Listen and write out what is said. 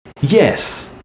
yes